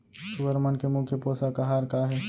सुअर मन के मुख्य पोसक आहार का हे?